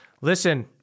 Listen